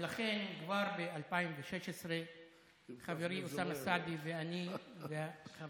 ולכן כבר ב-2016 חברי אוסאמה סעדי ואני וחברתנו